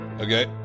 Okay